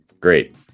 great